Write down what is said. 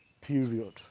period